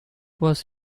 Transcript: was